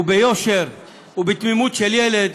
וביושר ובתמימות של ילד